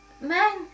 man